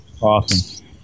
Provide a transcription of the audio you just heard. Awesome